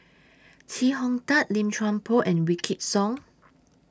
Chee Hong Tat Lim Chuan Poh and Wykidd Song